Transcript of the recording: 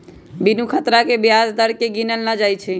बिनु खतरा के ब्याज दर केँ गिनल न जाइ छइ